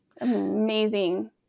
amazing